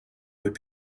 would